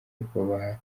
rw’abahatana